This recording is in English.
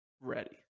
ready